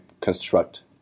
construct